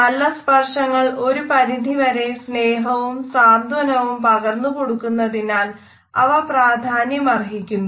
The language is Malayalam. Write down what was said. നല്ല സ്പർശങ്ങൾ ഒരു പരിധി വരെ സ്നേഹവും സ്വാന്തനവും പകർന്നുകൊടുക്കുന്നതിനാൽ അവ പ്രാധാന്യമർഹിക്കുന്നു